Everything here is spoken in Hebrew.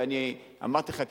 ואני אמרתי לך,